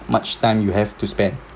much time you have to spend